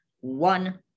one